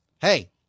Hey